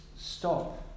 Stop